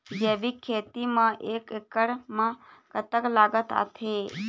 जैविक खेती म एक एकड़ म कतक लागत आथे?